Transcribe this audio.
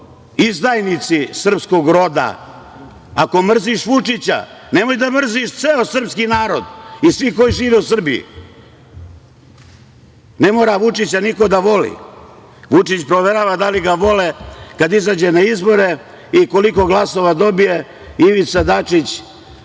izdajnici srpskog roda. Ako mrziš Vučića, nemoj da mrziš ceo srpski narod i sve koji žive u Srbiji. Ne mora Vučića niko da voli. Vučić proverava da li ga vole kad izađe na izbore i koliko glasova dobije Ivica Dačić